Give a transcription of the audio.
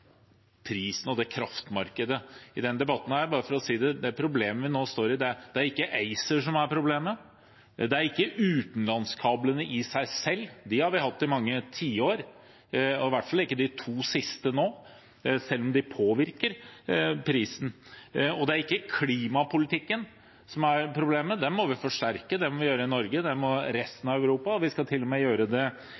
prisen og kraftmarkedet. I denne debatten, bare for å si det, er det ikke ACER som er problemet, det er ikke utenlandskablene i seg selv – dem har vi hatt i mange tiår – og i hvert fall ikke i de to siste årene, selv om de påvirker prisen, og det er ikke klimapolitikken som er problemet. Der må vi forsterke, det må vi gjøre i Norge, det må de gjøre i resten